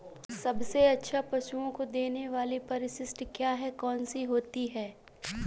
सबसे अच्छा पशुओं को देने वाली परिशिष्ट क्या है? कौन सी होती है?